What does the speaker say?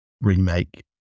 Remake